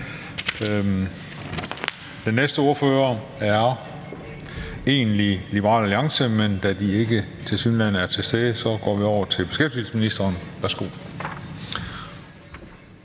Den næste ordfører skulle egentlig være fra Liberal Alliance, men da de tilsyneladende ikke er til stede, går vi over til beskæftigelsesministeren. Værsgo.